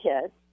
kids